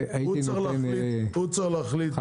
הוא צריך להחליט מה עושים.